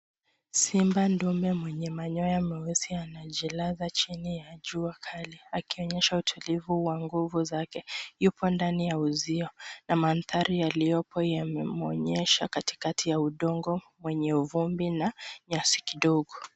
Simba ndume mwenye manyoya meusi anajilaza chini ya jua kali akionyesha utulivu wa nguvu zake. Yupo ndani ya uzio na mandhari yaliyopo yamemuonyesha katikati ya udongo wenye uvumbi na nyasi kidogo.